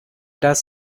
does